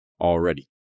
already